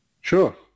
Sure